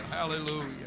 Hallelujah